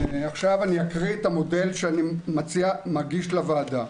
עכשיו אני אקריא את המודל שאני מגיש לוועדה.